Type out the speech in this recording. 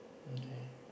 okay